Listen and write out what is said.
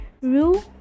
Rue